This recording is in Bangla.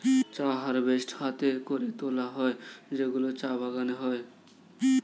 চা হারভেস্ট হাতে করে তোলা হয় যেগুলো চা বাগানে হয়